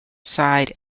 side